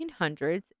1800s